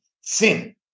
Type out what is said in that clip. sin